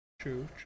True